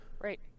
Right